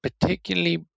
particularly